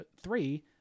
three